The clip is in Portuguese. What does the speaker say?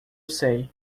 sei